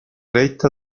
retta